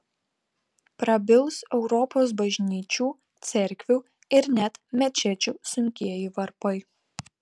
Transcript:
prabils europos bažnyčių cerkvių ir net mečečių sunkieji varpai